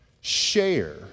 share